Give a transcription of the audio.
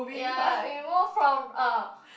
ya we move from ah